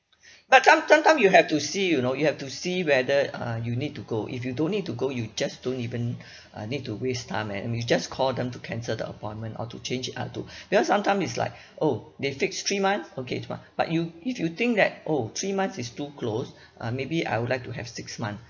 but some sometime you have to see you know you have to see whether uh you need to go if you don't need to go you just don't even uh need to waste time and you just call them to cancel the appointment or to change it unto because sometime it's like oh they fix three months okay it's fine but you if you think that oh three months is too close uh maybe I would like to have six month